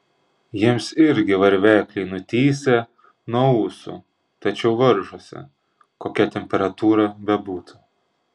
jiems irgi varvekliai nutįsę nuo ūsų tačiau varžosi kokia temperatūra bebūtų